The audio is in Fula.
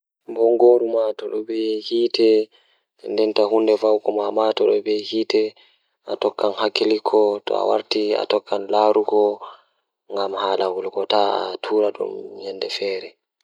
Jokkondir heɓɓe cemma, waawataa njiddaade baɗɗoore he jonde e cuɓɗe. Waawataa jokkondir gafataaje, so tawii cuɓɓi waawataa e ndaarayde. Jokkondir eyesight ngal e gasa, miɗo njiddude he yaɓɓe no waawataa waawude. Miɗo hokkondir safe gafataaje he baɗɗoore ngal, ngal. Jokkondir fittaade eyesight ngal ngoni e gasa he no ɓuri fowrude.